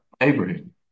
Abraham